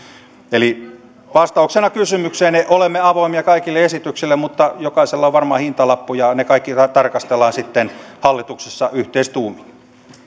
eli vastauksena kysymykseenne olemme avoimia kaikille esityksille mutta jokaisella on varmaan hintalappu ja ne kaikki tarkastellaan sitten hallituksessa yhteistuumin